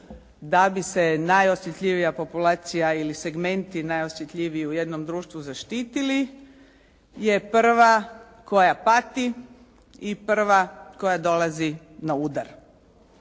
da bi se najosjetljivija populacija ili segmenti najosjetljiviji u jednom društvu zaštitili je prva koja pati i prva koja dolazi na udar.